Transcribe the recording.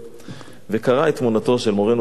וקרע את תמונתו של מורנו ורבנו הרב כהנא.